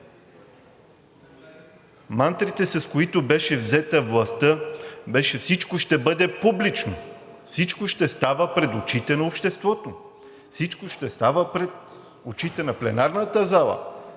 Мантрите, с които властта беше: всичко ще бъде публично, всичко ще става пред очите на обществото, всичко ще става пред очите на пленарната зала.